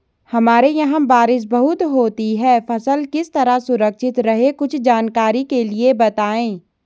हमारे यहाँ बारिश बहुत होती है फसल किस तरह सुरक्षित रहे कुछ जानकारी के लिए बताएँ?